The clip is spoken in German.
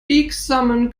biegsamen